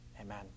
Amen